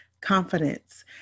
Confidence